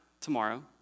tomorrow